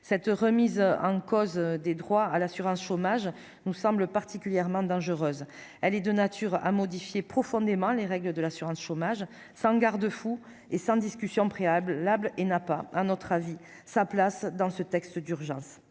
cette remise en cause des droits à l'assurance chômage nous semblent particulièrement dangereuse, elle est de nature à modifier profondément les règles de l'assurance chômage, sans garde-fou et sans discussions préalables là-bas et n'a pas un autre avis, sa place dans ce texte d'urgence,